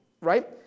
right